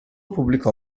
pubblicò